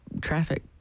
traffic